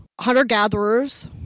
hunter-gatherers